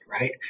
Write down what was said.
right